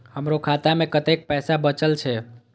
हमरो खाता में कतेक पैसा बचल छे?